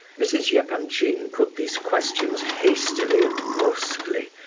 mrs. yeah epanchin put these questions hastily and brusquely,